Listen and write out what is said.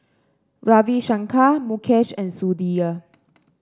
Ravi Shankar Mukesh and Sudhir